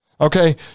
okay